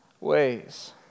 ways